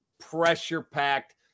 pressure-packed